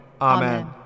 Amen